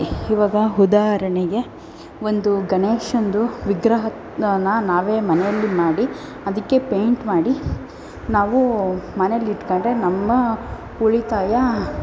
ಇವಾಗ ಉದಾಹರಣೆಗೆ ಒಂದು ಗಣೇಶನದ್ದು ವಿಗ್ರಹನ ನಾವೇ ಮನೆಯಲ್ಲಿ ಮಾಡಿ ಅದಕ್ಕೆ ಪೇಂಯ್ಟ್ ಮಾಡಿ ನಾವು ಮನೆಲ್ಲಿ ಇಟ್ಕೊಂಡ್ರೆ ನಮ್ಮ ಉಳಿತಾಯ